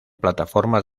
plataformas